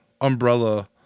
umbrella